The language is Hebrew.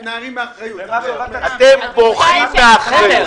אתם בורחים מאחריות.